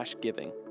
giving